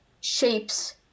shapes